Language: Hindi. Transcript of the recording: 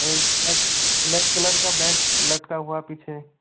एक ब्लैक ब्लैक कलर का बैग लटका हुआ है पीछे